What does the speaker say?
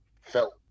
felt